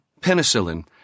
penicillin